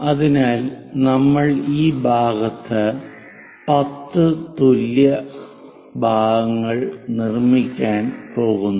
അതിനാൽ നമ്മൾ ഈ ഭാഗത്ത് 10 തുല്യ ഭാഗങ്ങൾ നിർമ്മിക്കാൻ പോകുന്നു